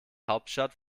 hauptstadt